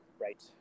Right